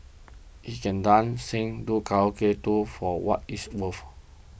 he can dance sing do Karate too for what it's woeful